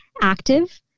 active